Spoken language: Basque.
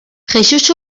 jexux